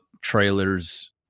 trailers